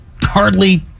hardly